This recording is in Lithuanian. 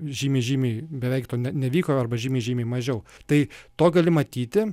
žymiai žymai beveikto ne nevyko arba žymiai žymiai mažiau tai to gali matyti